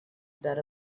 that